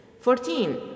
Fourteen